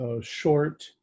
short